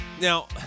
Now